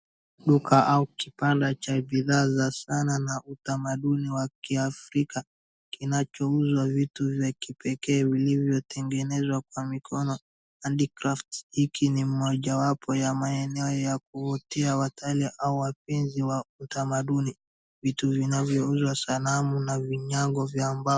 Duka au kibanda cha bidhaa za sanaa na utamanduni wa kiafrika kinachouzwa vitu vya kipekee vilivyotengenezwa kwa mikono handcraft . Hiki ni mojawapo ya maeneo ya kuvutia watalii au wapenzi wa utamanduni. Vitu vinavyouzwa sanamu na vinyago vya mbao.